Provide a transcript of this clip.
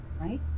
right